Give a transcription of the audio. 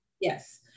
Yes